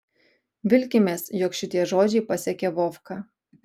vilkimės jog šitie žodžiai pasiekė vovką